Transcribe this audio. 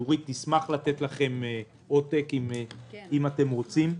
נורית תשמח לתת לכם עותק אם אתם רוצים.